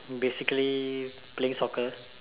basically playing soccer